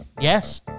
Yes